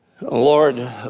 Lord